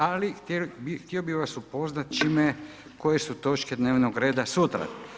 Ali htio bih vas upoznati s čime, koje su točke dnevnog reda sutra.